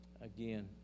again